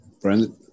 Brandon